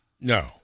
No